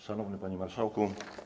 Szanowny Panie Marszałku!